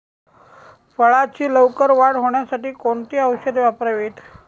फळाची लवकर वाढ होण्यासाठी कोणती औषधे वापरावीत?